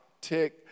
tick